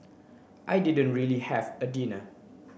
I didn't really have a dinner